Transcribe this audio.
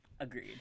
Agreed